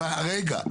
רגע.